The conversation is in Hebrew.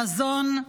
מזון,